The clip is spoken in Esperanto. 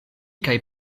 kaj